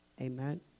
Amen